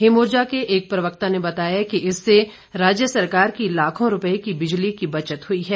him Urja के एक प्रवक्ता ने बताया कि इससे राज्य सरकार की लाखों रुपए की बिजली की बचत हुई है